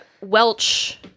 welch